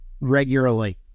regularly